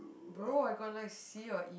bro I got like C or E